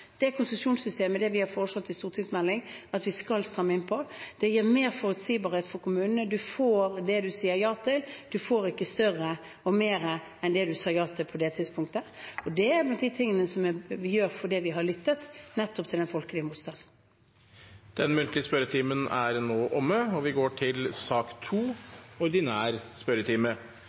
Det konsesjonssystemet vi har foreslått i stortingsmelding at vi skal stramme inn på, gir mer forutsigbarhet for kommunene. Man får det man sier ja til, man får ikke større og mer enn det man sa ja til på det tidspunktet. Og det er blant de tingene vi gjør fordi vi nettopp har lyttet til den folkelige motstanden. Den muntlige spørretimen er nå omme. Det blir en endring i den oppsatte spørsmålslisten, og presidenten viser i den sammenheng til